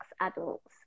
adults